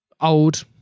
old